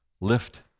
Lift